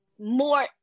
more